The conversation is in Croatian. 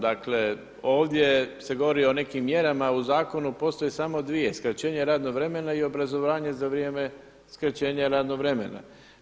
Dakle ovdje se govori o nekim mjerama u zakonu, postoje samo dvije skraćenje radnog vremena i obrazovanje za vrijeme skraćenja radnog vremena.